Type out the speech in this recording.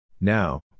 Now